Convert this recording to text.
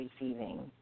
receiving